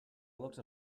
looked